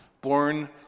born